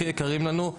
הכי יקרים לנו,